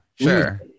Sure